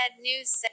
news